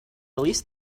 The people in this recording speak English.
least